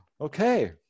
okay